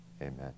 Amen